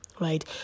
Right